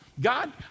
God